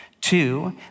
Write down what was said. Two